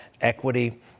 equity